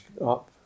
up